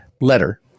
letter